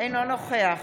אינו נוכח